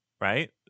right